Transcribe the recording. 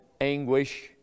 anguish